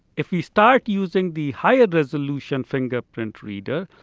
if we start using the higher resolution fingerprint reader,